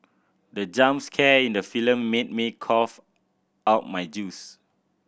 the jump scare in the film made me cough out my juice